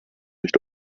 nicht